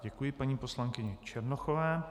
Děkuji paní poslankyni Černochové.